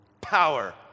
Power